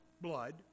blood